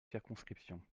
circonscriptions